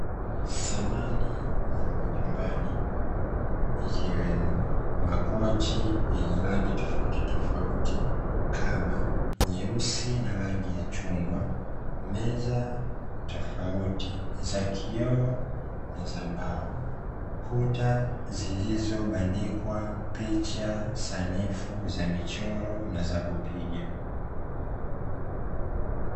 Samani za majumbani, ikiwemo makochi yenye rangi tofautitofauti, kama nyeusi na rangi ya chungwa, meza tofauti za kioo, na za mbao, kuta zilizobandikwa picha sanifu za michoro na za kupiga.